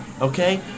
okay